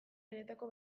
benetako